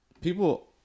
people